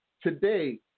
today